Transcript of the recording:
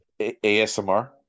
ASMR